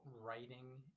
writing